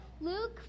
Luke